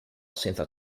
senza